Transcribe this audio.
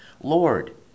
Lord